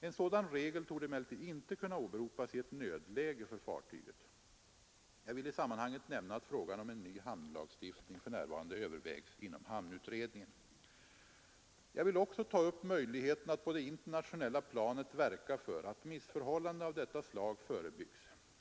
En sådan regel torde emellertid inte kunna åberopas i ett nödläge för fartyget. Jag vill i sammanhanget nämna att frågan om en ny hamnlagstiftning för närvarande övervägs inom hamnutredningen. Jag vill också ta upp möjligheterna att på det internationella planet verka för att missförhållanden av detta slag förebyggs.